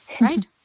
Right